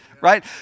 right